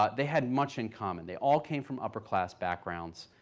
ah they had much in common. they all came from upper class backgrounds,